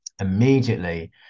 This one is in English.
immediately